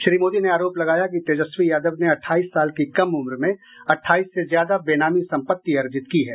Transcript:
श्री मोदी ने आरोप लगाया कि तेजस्वी यादव ने अठाईस साल की कम उम्र में अठाईस से ज्यादा बेनामी संपत्ति अर्जित की है